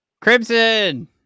Crimson